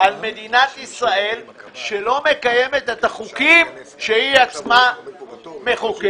על מדינת ישראל שלא מקיימת את החוקים שהיא עצמה חוקקה.